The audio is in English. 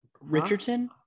Richardson